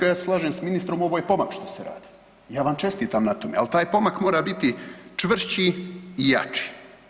Ja se slažem s ministrom ovo je pomak što se radi, ja vam čestitam na tome, al taj pomak mora biti čvršći i jači.